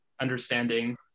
understanding